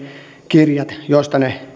kirjat joista ne